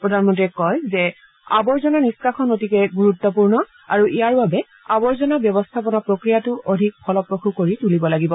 প্ৰধানমন্ত্ৰীয়ে কয় যে আৱৰ্জনা নিষ্ণাষণ অতিকে গুৰুত্বপূৰ্ণ আৰু ইয়াৰ বাবে আৱৰ্জনা ব্যৱস্থাপনা প্ৰফ্ৰিয়াটো অধিক ফলপ্ৰসূ কৰি তুলিব লাগিব